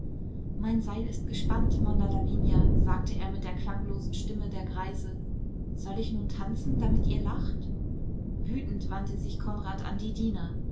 mein seil ist gespannt monna lavinia sagte er mit der klanglosen stimme der greise soll ich nun tanzen damit ihr lacht wütend wandte sich konrad an die diener